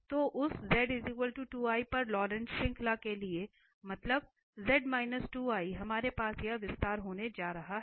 तो उस z 2 i पर लॉरेंट श्रृंखला के लिएमतलब z 2 i हमारे पास यह विस्तार होने जा रहा है